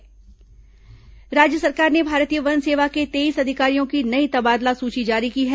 तबादला राज्य सरकार ने भारतीय वन सेवा के तेईस अधिकारियों की नई तबादला सूची जारी की है